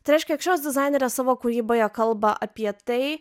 tai reiškia kad šios dizainerės savo kūryboje kalba apie tai